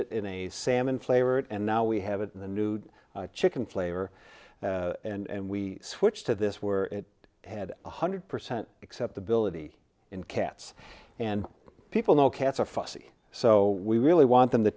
it in a salmon flavored and now we have it in the new chicken player and we switched to this where it had a hundred percent acceptability in cats and people know cats are fussy so we really want them to